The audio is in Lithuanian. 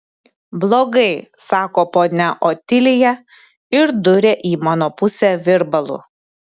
blogai sako ponia otilija ir duria į mano pusę virbalu